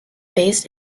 based